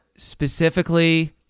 specifically